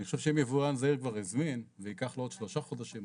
אני חושב שאם יבואן זעיר כבר הזמין וייקח לו עוד שלושה חודשים.